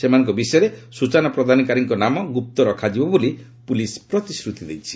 ସେମାନଙ୍କ ବିଷୟରେ ସ୍ୱଚନା ପ୍ରଦାନକାରୀଙ୍କ ନାମ ଗୁପ୍ତ ରଖାଯିବ ବୋଲି ପୁଲିସ୍ ପ୍ରତିଶ୍ରତି ଦେଇଛି